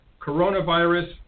Coronavirus